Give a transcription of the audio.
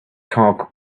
talk